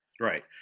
Right